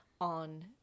on